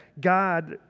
God